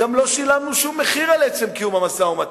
גם לא שילמנו שום מחיר על עצם קיום המשא-ומתן.